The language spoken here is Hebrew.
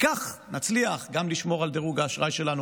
וכך נצליח גם לשמור על דירוג האשראי שלנו,